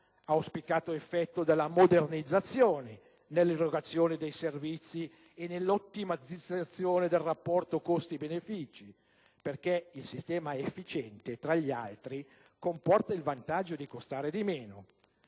auspicato effetto della modernizzazione nell'erogazione dei servizi e nell'ottimizzazione del rapporto costi-benefici, perché il sistema efficiente, tra gli altri, comporta il vantaggio di costare di meno.